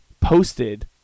Posted